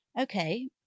Okay